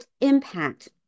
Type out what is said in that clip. impact